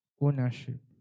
Ownership